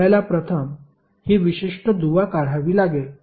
आपल्याला प्रथम हि विशिष्ट दुवा काढावी लागेल